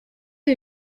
ibi